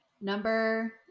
number